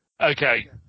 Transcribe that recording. Okay